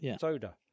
soda